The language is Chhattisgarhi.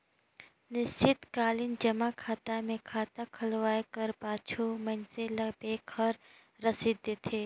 निस्चित कालीन जमा खाता मे खाता खोलवाए कर पाछू मइनसे ल बेंक हर रसीद देथे